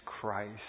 Christ